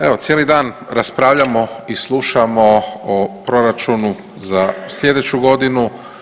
Evo cijeli dan raspravljamo i slušamo o proračunu za sljedeću godinu.